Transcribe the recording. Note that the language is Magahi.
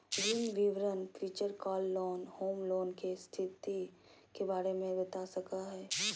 ऋण विवरण feature car loan, home loan, के स्थिति के बारे में बता सका हइ